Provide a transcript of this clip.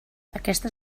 aquesta